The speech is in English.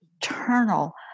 eternal